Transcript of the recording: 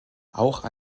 auch